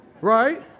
Right